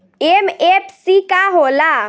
MFC का हो़ला?